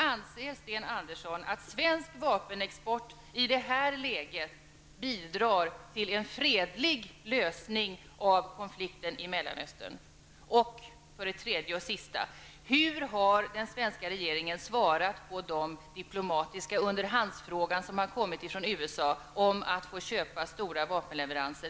Anser Sten Andersson att svensk vapenexport i det här läget bidrar till en fredlig lösning av konflikten i Mellanöstern? Hur har den svenska regeringen svarat på de diplomatiska underhandsfrågor som har kommit från USA i detta läge om att få köpa stora vapenleveranser?